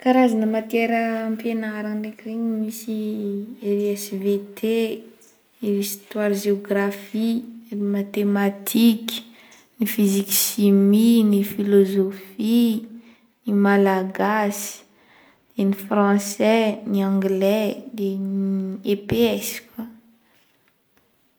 Karazagna matiera ampianarana ndraiky regny misy SVT, histoire geographie, matematiky, physique chimie, ny philosophie, ny malagasy, français, ny anglais, de ny EPS.